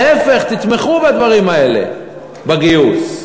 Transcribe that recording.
להפך, תתמכו בדברים האלה, בגיוס.